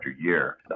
year